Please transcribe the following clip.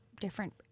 different